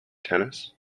tennis